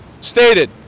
stated